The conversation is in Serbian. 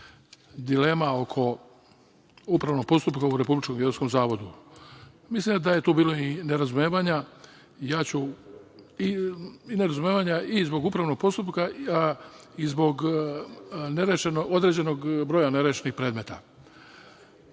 dilema oko upravnog postupka u Republičkom geodetskom zavodu. Mislim da je tu bilo i nerazumevanja i zbog upravnog postupka i zbog određenog broja nerešenih predmeta. Ja